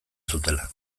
zutela